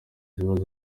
ziba